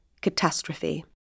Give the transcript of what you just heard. Catastrophe